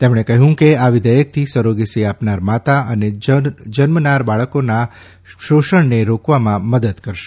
તેમણે કહ્યું કે આ વિધેયકથી સરોગેસી આપનાર માતા અને જન્મનાર બાળકોના શોષણને રોકવામાં મદદ કરે છે